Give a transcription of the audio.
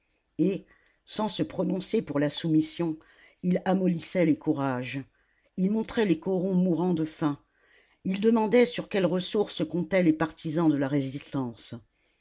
et sans se prononcer pour la soumission il amollissait les courages il montrait les corons mourant de faim il demandait sur quelles ressources comptaient les partisans de la résistance